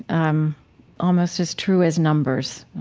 um almost as true as numbers